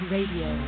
Radio